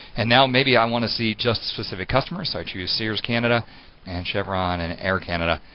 and now maybe i want to see just specific customers so choose sears canada and chevron, and air canada,